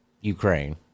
Ukraine